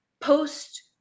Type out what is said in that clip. post